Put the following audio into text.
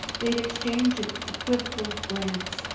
they had exchanged an equivocal glance,